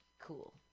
Cool